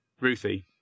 Ruthie